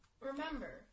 remember